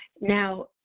Now